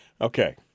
Okay